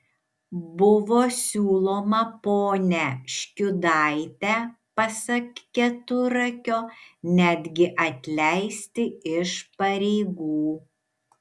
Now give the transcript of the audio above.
buvo siūloma ponią škiudaitę pasak keturakio netgi atleisti iš pareigų